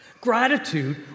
Gratitude